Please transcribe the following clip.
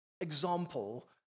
example